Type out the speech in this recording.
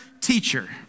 teacher